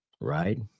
right